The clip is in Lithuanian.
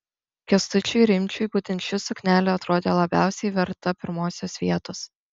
kęstučiui rimdžiui būtent ši suknelė atrodė labiausiai verta pirmosios vietos